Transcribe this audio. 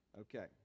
Okay